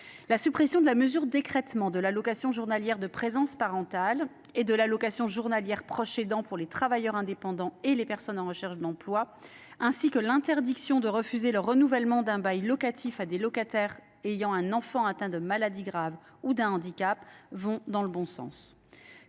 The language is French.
La suppression de la mesure d’écrêtement de l’allocation journalière de présence parentale et de l’allocation journalière du proche aidant pour les travailleurs indépendants et les personnes en recherche d’emploi va dans le bon sens, ainsi que l’interdiction de refuser le renouvellement d’un bail locatif à des locataires ayant un enfant atteint d’une maladie grave ou d’un handicap. Enfin, l’allongement